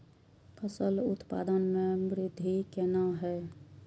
फसल उत्पादन में वृद्धि केना हैं?